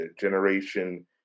generation